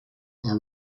are